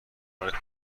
کانادا